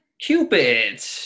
Cupid